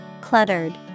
Cluttered